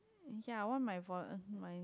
ya one my vote my